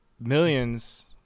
millions